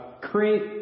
create